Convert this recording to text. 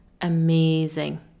amazing